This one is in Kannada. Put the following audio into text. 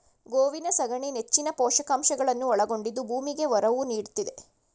ಗೋವಿನ ಸಗಣಿ ನೆಚ್ಚಿನ ಪೋಷಕಾಂಶಗಳನ್ನು ಒಳಗೊಂಡಿದ್ದು ಭೂಮಿಗೆ ಒರವು ನೀಡ್ತಿದೆ